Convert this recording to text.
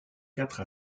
quatre